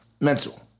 mental